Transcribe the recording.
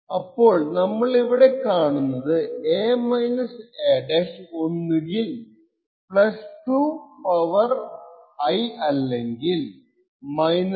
അപ്പോൾ നമ്മൾ ഇവിടെ കാണുന്നത് a-a ഒന്നുകിൽ 2 I അല്ലെങ്കിൽ 2 I ആയിരിക്കും